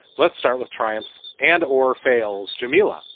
let's start with triumphs and or fails. jamila,